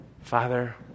Father